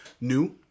New